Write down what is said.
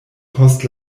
post